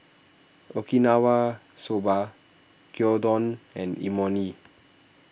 Okinawa Soba Gyudon and Imoni